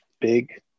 big